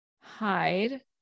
hide